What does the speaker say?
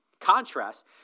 contrast